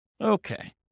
Okay